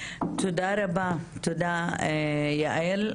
תודה רבה, תודה יעל.